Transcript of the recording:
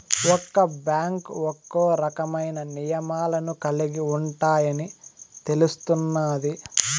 ఒక్క బ్యాంకు ఒక్కో రకమైన నియమాలను కలిగి ఉంటాయని తెలుస్తున్నాది